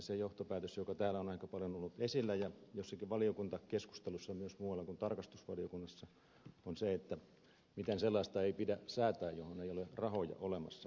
se johtopäätös joka täällä on aika paljon ollut esillä ja jossakin valiokuntakeskustelussa myös muualla kuin tarkastusvaliokunnassa on se että mitään sellaista ei pidä säätää johon ei ole rahoja olemassa